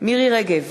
מירי רגב,